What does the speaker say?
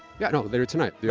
yeah no, later tonight.